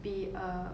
be a